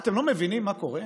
מה, אתם לא מבינים מה קורה?